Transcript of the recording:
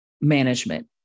management